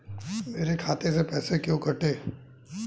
मेरे खाते से पैसे क्यों कटे?